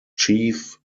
chief